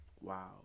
wow